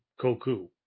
Koku